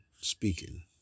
speaking